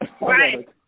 Right